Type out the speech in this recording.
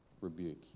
rebuke